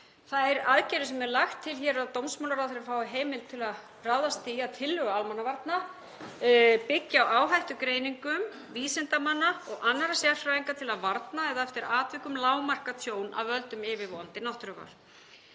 það. Þær aðgerðir sem er lagt til hér að dómsmálaráðherra fái heimild til að ráðast í, að tillögu almannavarna, byggja á áhættugreiningum vísindamanna og annarra sérfræðinga til að varna eða eftir atvikum lágmarka tjón af völdum yfirvofandi náttúruvár.